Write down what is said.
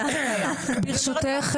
ברשותך,